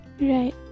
Right